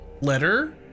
letter